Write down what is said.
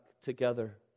together